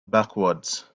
backwards